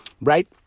right